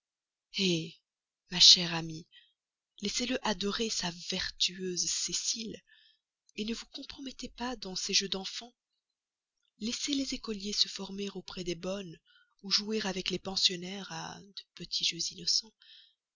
ma chère amie laissez-le adorer sa vertueuse cécile ne vous compromettez pas dans ces jeux d'enfant laissez les écoliers se former auprès des bonnes ou jouer avec les pensionnaires à de petits jeux innocents